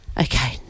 Okay